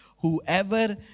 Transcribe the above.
whoever